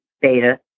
beta